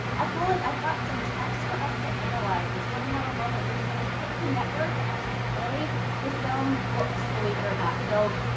as well as i've got some text for us to analyze. and so, we're gonna have a moment where you're gonna get to network and actually play with some books, believe it or not. so,